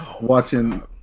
watching